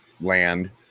land